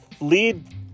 lead